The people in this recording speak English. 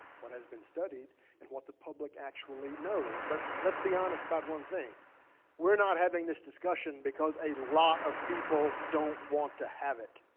what has been studied and what the public actually knows. but let's be honest about one thing we're not having this discussion because a lot of people don't want to have it.